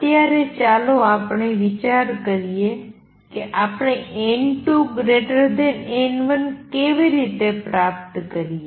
અત્યારે ચાલો આપણે વિચાર કરીએ કે આપણે n2 n1 કેવી રીતે પ્રાપ્ત કરીએ